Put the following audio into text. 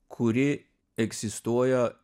kuri egzistuoja